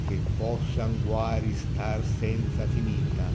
che possan guari star senza finita